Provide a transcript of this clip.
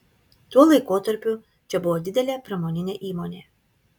tuo laikotarpiu čia buvo didelė pramoninė įmonė